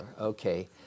Okay